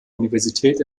universität